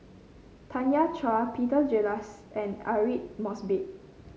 Tanya Chua Peter Gilchrist and Aidli Mosbit